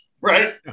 Right